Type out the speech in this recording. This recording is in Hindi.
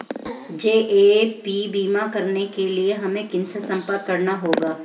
जी.ए.पी बीमा कराने के लिए हमें किनसे संपर्क करना होगा?